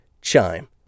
Chime